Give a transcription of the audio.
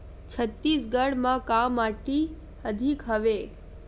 छत्तीसगढ़ म का माटी अधिक हवे?